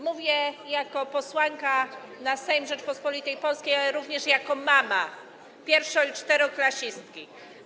Mówię jako posłanka na Sejm Rzeczypospolitej Polskiej, ale również jako mama pierwszo- i czwartoklasistki.